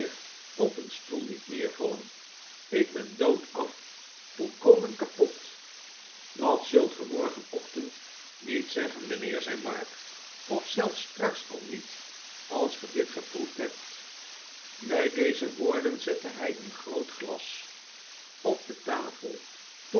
op een stoel liet neervallen ik ben doodaf volkomen kapot dat zult ge morgenochtend niet zeggen mijnheer zei mark of zelfs straks al niet als ge dit geproefd hebt bij deze woorden zette hij een groot glas op de tafel